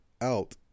out